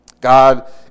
God